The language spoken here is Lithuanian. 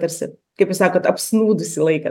tarsi kaip jūs sakot apsnūdusį laiką